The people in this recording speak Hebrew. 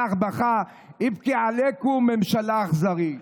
הלך, בכה, הלך, בכה, איבכי עליכום, ממשלה אכזרית.